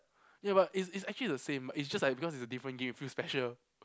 ya but it it's actually the same but it's just like because it's a different game you feel special